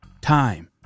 Time